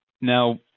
Now